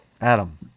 Adam